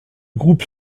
groupe